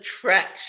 traction